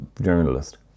journalist